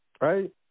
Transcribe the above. Right